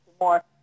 more